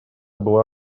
была